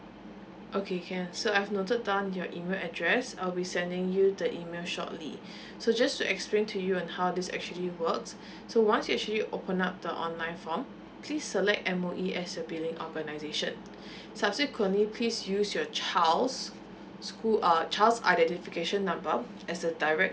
okay can so I've noted down your email address I'll be sending you the email shortly so just to explain to you and how this actually works so once you actually open up the online form please select M_O_E as your billing organisation subsequently please use your child's school uh child's identification number as a direct